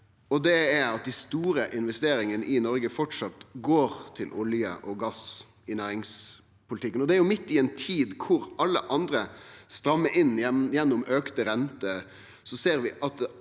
Det er at dei store investeringane i Noreg framleis går til olje og gass i næringspolitikken, og midt i ei tid der alle andre strammar inn gjennom auka renter, ser vi at